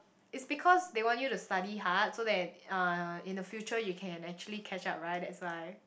it's because they want you to study hard so that uh in the future you can actually catch up right that's why